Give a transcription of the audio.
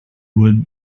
would